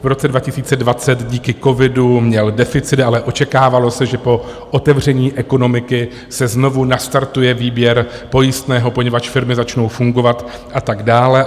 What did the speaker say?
V roce 2020 díky covidu měl deficit, ale očekávalo se, že po otevření ekonomiky se znovu nastartuje výběr pojistného, poněvadž firmy začnou fungovat a tak dále.